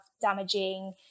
damaging